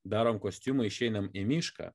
darom kostiumą išeinam į mišką